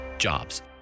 Jobs